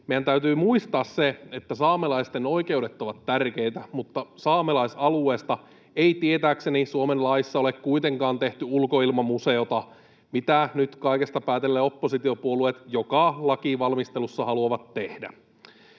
Meidän täytyy muistaa se, että saamelaisten oikeudet ovat tärkeitä, mutta saamelaisalueesta ei tietääkseni Suomen laissa ole kuitenkaan tehty ulkoilmamuseota, mitä nyt kaikesta päätellen oppositiopuolueet joka lakivalmistelussa haluavat tehdä.